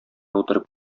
утырып